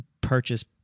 purchase